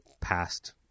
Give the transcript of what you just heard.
past